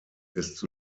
ist